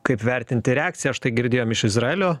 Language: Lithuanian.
kaip vertinti reakciją štai girdėjom iš izraelio